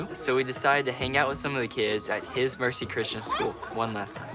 um so we decided to hang out with some of the kids at his mercy christian school one last